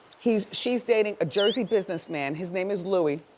she's she's dating a jersey businessman, his name is louis.